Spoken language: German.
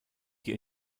die